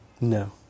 No